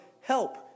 help